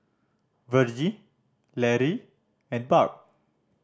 Virgie Lary and Barb